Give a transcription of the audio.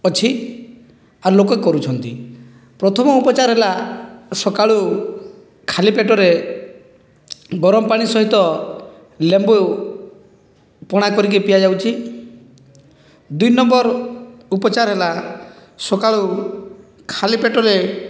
ଅଛି ଆଉ ଲୋକେ କରୁଛନ୍ତି ପ୍ରଥମ ଉପଚାର ହେଲା ସକାଳୁ ଖାଲି ପେଟରେ ଗରମ ପାଣି ସହିତ ଲେମ୍ବୁ ପଣା କରିକି ପିଆଯାଉଛି ଦୁଇ ନମ୍ବର ଉପଚାର ହେଲା ସକାଳୁ ଖାଲି ପେଟରେ